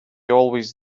always